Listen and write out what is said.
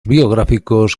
biográficos